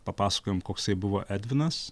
papasakojom koksai buvo edvinas